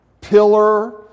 pillar